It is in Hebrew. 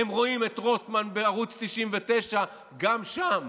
הם רואים את רוטמן בערוץ 99 גם שם.